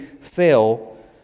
fail